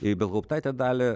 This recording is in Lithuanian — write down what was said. ibelhauptaitė dalia